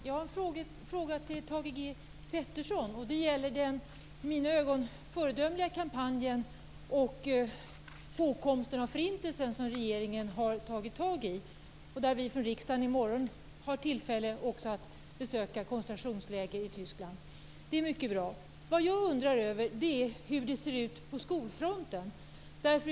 Herr talman! Jag har en fråga till Thage G Peterson, och den gäller den i mina ögon föredömliga kampanjen och hågkomsten av Förintelsen som regeringen har tagit itu med. Vi från riksdagen har i morgon tillfälle att besöka ett koncentrationsläger i Tyskland. Det är mycket bra. Vad jag undrar över är hur det ser ut på skolfronten.